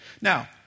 Now